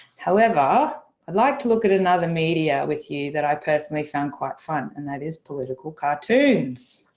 however i'd like to look at another media with you that i personally found quite fun, and that is political cartoons.